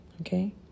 Okay